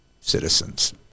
citizens